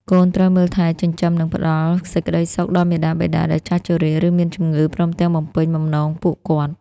កូនត្រូវមើលថែ ចិញ្ចឹម និងផ្ដល់សេចក្តីសុខដល់មាតាបិតាដែលចាស់ជរា ឬមានជម្ងឺ ព្រមទាំងបំពេញបំណងពួកគាត់។